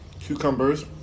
Cucumbers